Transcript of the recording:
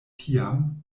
tiam